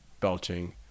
belching